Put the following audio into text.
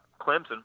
Clemson